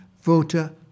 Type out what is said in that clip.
voter